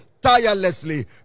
Tirelessly